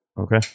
okay